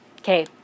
Okay